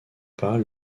pas